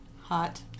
Hot